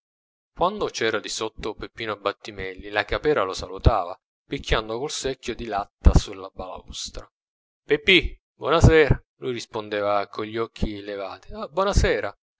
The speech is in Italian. quando c'era di sotto peppino battimelli la capera lo salutava picchiando col secchio di latta sulla balaustra peppì bonasera lui rispondeva con gli occhi levati bonasera